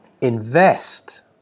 invest